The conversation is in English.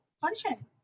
function